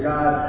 God